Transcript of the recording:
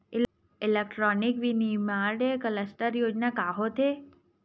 Electronic विनीर्माण cluster योजना का होथे?